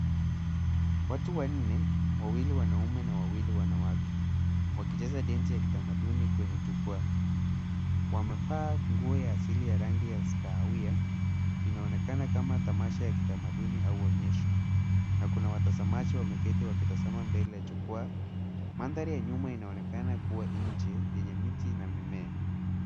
Watu wanne wawili wanaume na wawili wanawake wakicheza densi ya kitamaduni kwenye jukwaa. Wamevaa nguo ya asili ya rangi ya kahawia, inaonekana kama tamasha ya kitamaduni au onyesho na kuna watazamaji wameketi wakitazama mbele ya jukwaa. Mandhari ya nyuma inaonekana kuwa nje yenye miti na mimea.